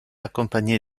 accompagné